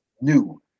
new